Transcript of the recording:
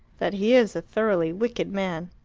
that he is a thoroughly wicked man.